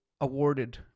awarded